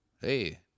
hey